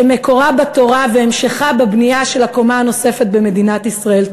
שמקורה בתורה והמשכה בבנייה של הקומה הנוספת במדינת ישראל.